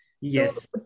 Yes